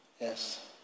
Yes